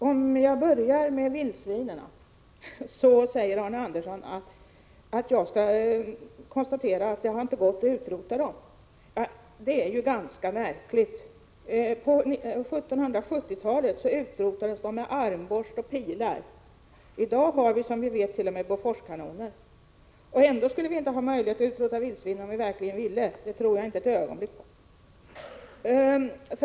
Herr talman! I fråga om vildsvinen säger Arne Andersson i Ljung att det inte går att utrota dem. Det är ju ganska märkligt. På 1770-talet utrotades de med armborst och pilar. I dag har vi som bekant t.o.m. Boforskanoner, och ändå skulle vi inte ha möjlighet att utrota vildsvinen, om vi verkligen ville det. Det tror jag inte ett ögonblick på.